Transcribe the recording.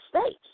states